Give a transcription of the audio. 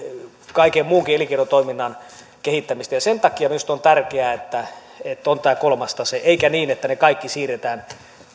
kaiken muunkin elinkeinotoiminnan kehittämistä sen takia minusta on tärkeää että on tämä kolmas tase eikä niin että ne kaikki siirretään